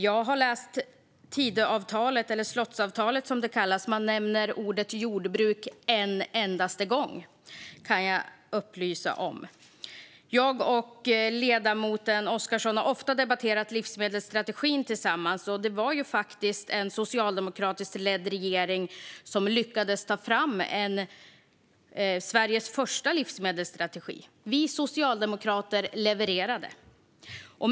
Jag har läst Tidöavtalet, eller slottsavtalet som det kallas, och man nämner ordet "jordbruk" en endaste gång, kan jag upplysa om. Jag och ledamoten Oscarsson har ofta debatterat livsmedelsstrategin, och det var ju faktiskt en socialdemokratiskt ledd regering som lyckades ta fram Sveriges första livsmedelsstrategi. Vi socialdemokrater levererade.